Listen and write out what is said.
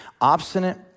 Obstinate